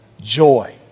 joy